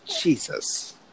Jesus